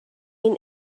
این